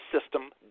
system